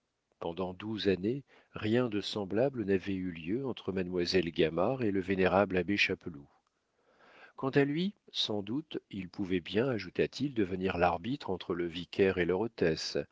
pendant douze années rien de semblable n'avait eu lieu entre mademoiselle gamard et le vénérable abbé chapeloud quant à lui sans doute il pouvait bien ajouta-t-il devenir l'arbitre entre le vicaire et leur hôtesse